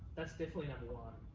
that's definitely another one.